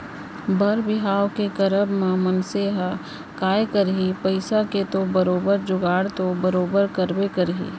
बर बिहाव के करब म मनसे ह काय करही पइसा के तो बरोबर जुगाड़ तो बरोबर करबे करही